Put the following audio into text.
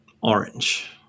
orange